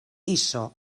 iso